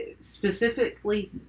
specifically